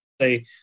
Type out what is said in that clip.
say